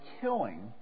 killing